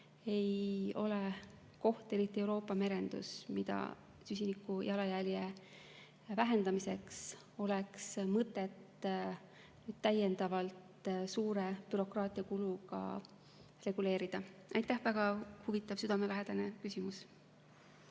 ei ole see koht, eriti Euroopa merendus, mida süsinikujalajälje vähendamiseks oleks mõtet täiendavalt suure bürokraatiakuluga reguleerida. Aitäh, väga huvitav, südamelähedane küsimus!